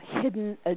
hidden